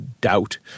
doubt